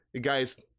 guys